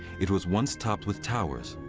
it was once topped with towers.